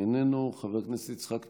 איננו, חבר הכנסת יצחק פינדרוס,